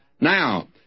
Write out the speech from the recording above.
Now